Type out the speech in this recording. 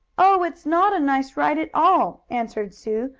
oh! it's not a nice ride at all! answered sue.